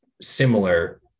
similar